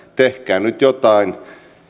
tehkää nyt jotain